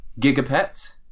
Gigapets